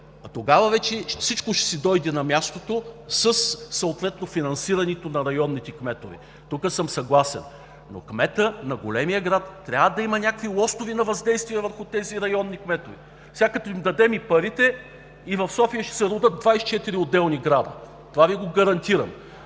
Тогава вече всичко ще си дойде на мястото със съответното финансиране на районните кметове. Тук съм съгласен. Кметът на големия град трябва да има някакви лостове на въздействие върху тези районни кметове. Сега, като им дадем и парите, в София ще се родят 24 отделни града. Това Ви го гарантирам.